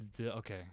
Okay